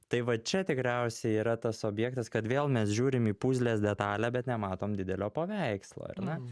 tai va čia tikriausiai yra tas objektas kad vėl mes žiūrim į pūzlės detalę bet nematom didelio paveikslo ar ne